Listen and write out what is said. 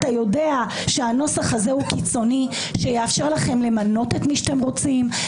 אתה יודע שהנוסח הזה הוא קיצוני שיאפשר לכם למנות את מי שאתם רוצים,